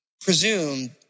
presumed